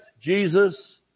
Jesus